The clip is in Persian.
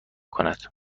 کند